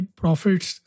profits